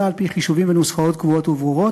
על-פי חישובים ונוסחאות קבועות וברורות,